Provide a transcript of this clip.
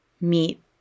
meet